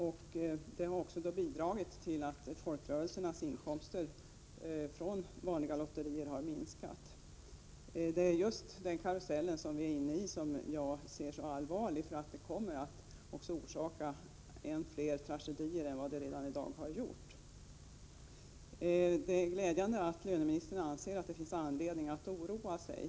Det har också bidragit till att folkrörelsernas inkomster från vanliga lotterier har minskat. Det är just den karusellen som vi befinner oss i och som jag anser vara så allvarlig, eftersom den kommer att orsaka än fler tragedier än den redan har gjort. Det är emellertid glädjande att löneministern anser att det finns anledning att oroa sig.